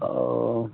हो